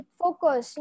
focus